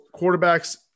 quarterbacks